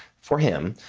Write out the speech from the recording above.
for him,